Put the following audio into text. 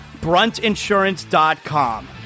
Bruntinsurance.com